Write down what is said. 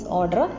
order